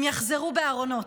הם יחזרו בארונות.